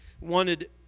wanted